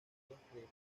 victorias